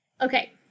Okay